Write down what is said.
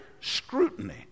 scrutiny